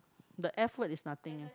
the F word is nothing